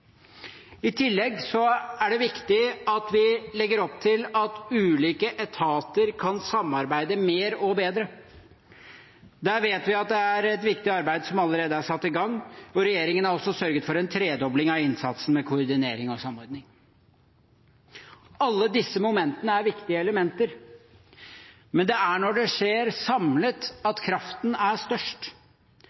I tillegg er det viktig at vi legger opp til at ulike etater kan samarbeide mer og bedre. Der vet vi at det er et viktig arbeid som allerede er satt i gang. Regjeringen har også sørget for en tredobling av innsatsen som gjelder koordinering og samordning. Alle disse momentene er viktige elementer. Men det er når det skjer samlet, at kraften er størst.